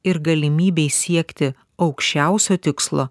ir galimybei siekti aukščiausio tikslo